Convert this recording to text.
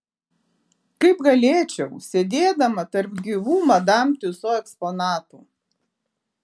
kaip galėčiau sėdėdama tarp gyvų madam tiuso eksponatų